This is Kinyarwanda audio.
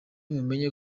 mumenye